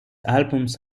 albums